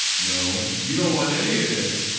no. you don't want any of this.